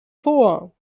vor